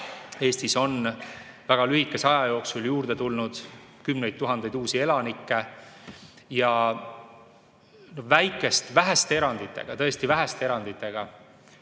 Eestisse on väga lühikese aja jooksul juurde tulnud kümneid tuhandeid uusi elanikke. Väheste eranditega, tõesti väheste eranditega